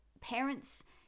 parents